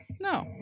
no